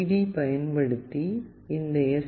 D பயன்படுத்தி இந்த S